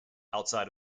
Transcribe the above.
outside